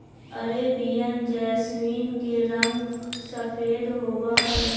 Arabian jasmine के रंग सफेद होबा हई